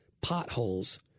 potholes